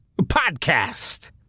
podcast